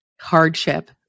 hardship